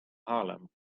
haarlem